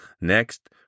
Next